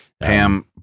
Pam